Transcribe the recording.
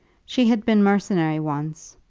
she had been mercenary once,